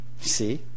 See